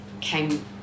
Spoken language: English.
came